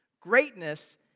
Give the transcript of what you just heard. Greatness